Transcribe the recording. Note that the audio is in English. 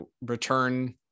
return